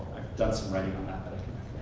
done some writing on that that